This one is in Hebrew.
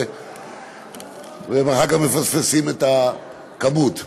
והם אחר כך מפספסים את הכמות.